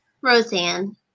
Roseanne